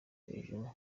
hejuru